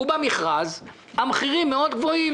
ובמכרז המחירים גבוהים מאוד.